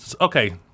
Okay